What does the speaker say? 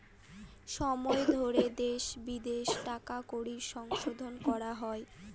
সময় ধরে দেশে বিদেশে টাকা কড়ির সংশোধন করা হয়